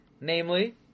Namely